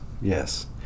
yes